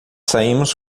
saímos